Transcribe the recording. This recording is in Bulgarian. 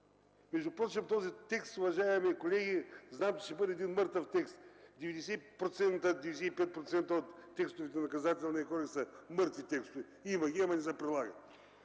Ви! Впрочем този текст, уважаеми колеги, знам, че ще бъде един мъртъв текст – 90-95% от текстовете в Наказателния кодекс са мъртви текстове. Има ги, но не се прилагат.